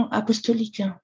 apostolique